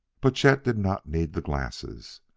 but chet did not need the glasses.